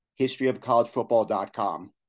historyofcollegefootball.com